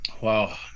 wow